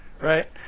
right